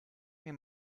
mir